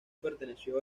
perteneció